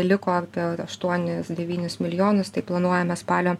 liko apie aštuonis devynis milijonus tai planuojame spalio